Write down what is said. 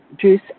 juice